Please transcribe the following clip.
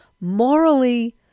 morally